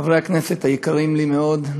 חברי הכנסת היקרים לי מאוד,